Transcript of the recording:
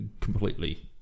completely